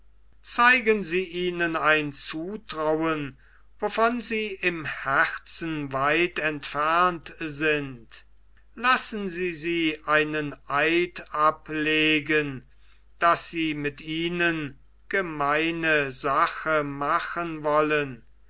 zeigen sie ihnen ein zutrauen wovon sie im herzen weit entfernt sind lassen sie sie einen eid ablegen daß sie mit ihnen gemeine sache machen wollen